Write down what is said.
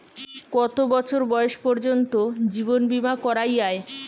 কত বছর বয়স পর্জন্ত জীবন বিমা করা য়ায়?